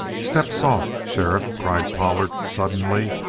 step soft, sheriff, cried pollard suddenly,